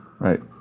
Right